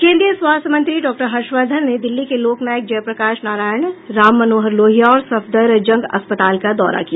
केंद्रीय स्वास्थ्य मंत्री डॉ हर्षवर्धन ने दिल्ली के लोकनायक जय प्रकाश नारायण राममनोहरलोहिया और सफदरजंग अस्पताल का दौरा किया